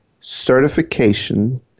certification